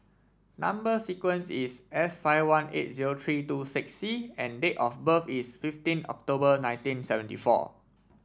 number sequence is S five one eight zero three two six C and date of birth is fifteen October nineteen seventy four